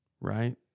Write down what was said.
Right